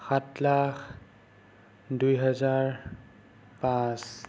সাত লাখ দুই হাজাৰ পাঁচ